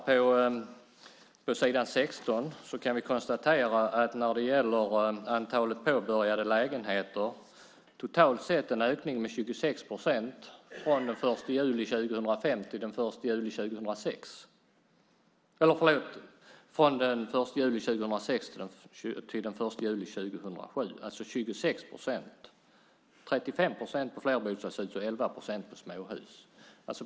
På s. 16 kan vi när det gäller antalet påbörjade bostäder konstatera en ökning totalt sett med 26 procent från den 1 juli 2006 till den 1 juli 2007. För flerbostadshus är det 35 procent, och för småhus är det 11 procent.